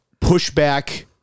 pushback